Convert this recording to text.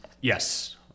yes